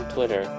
Twitter